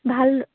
ভাল